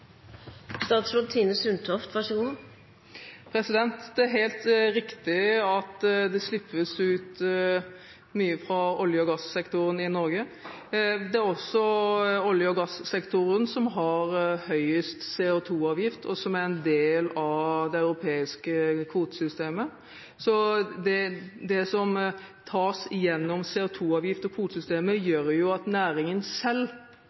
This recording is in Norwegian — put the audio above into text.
Det er helt riktig at det slippes ut mye fra olje- og gassektoren i Norge. Det er også olje- og gassektoren som har høyest CO2-avgift, og som er en del av det europeiske kvotesystemet. Det som tas gjennom CO2-avgift og kvotesystemet, gjør at næringen selv